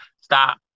stop